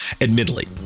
Admittedly